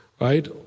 right